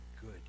good